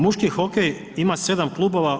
Muški hokej ima 7 klubova.